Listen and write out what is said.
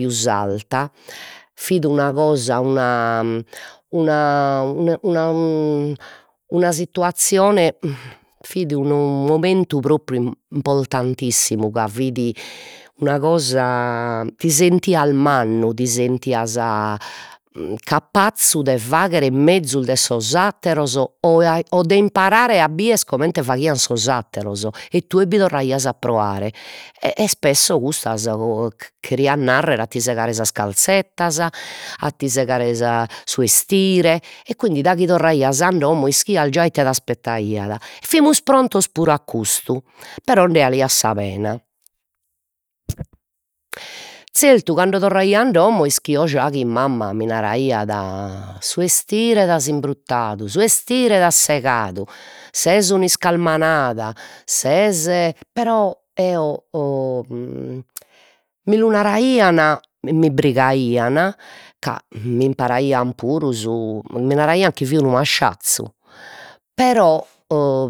Pius alta fit una cosa una una una situazzione, fit unu momentu propriu im- importantissimu, ca fit una cosa, ti sentias mannu, ti sentias capazze de fagher mezus de sos atteros o o de imparare a bider comente faghian sos atteros, e tue bi torraias a proare e e spesso custas cheriat narrer a ti segare sas calzettas, a ti segare sa su 'estire e quindi daghi torraias a domo ischias già ite t'aspettaiat, fimus prontos puru a custu però nde 'aliat sa pena, zertu cando torraio a domo ischio già chi mamma mi naraiat: su 'estire t'as imbruttadu, su 'estire t'as segadu, ses un'iscalmanada, ses, però eo o mi lu naraian, mi mi brigaian ca m'imparaian puru su, mi naraian chi fio unu masciazzu, però o